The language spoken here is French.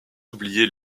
oublié